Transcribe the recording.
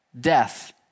death